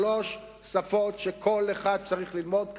שלוש שפות שכל אחד צריך ללמוד כאן,